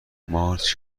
مارج